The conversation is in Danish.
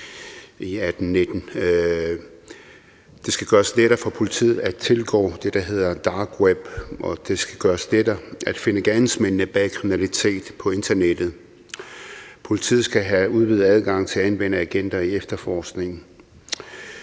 Det skal gøres lettere for politiet at tilgå det, der hedder dark web, og det skal gøres lettere at finde gerningsmændene bag kriminalitet på internettet. Politiet skal have udvidet adgang til at anvende agenter i efterforskningen,